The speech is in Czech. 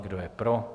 Kdo je pro?